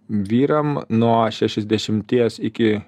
vyram nuo šešiasdešimties iki